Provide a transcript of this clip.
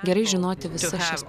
gerai žinoti visas šias